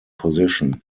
position